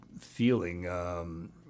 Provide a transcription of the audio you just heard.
feeling